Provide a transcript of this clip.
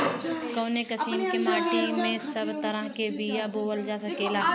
कवने किसीम के माटी में सब तरह के बिया बोवल जा सकेला?